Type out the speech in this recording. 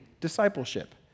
discipleship